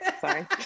Sorry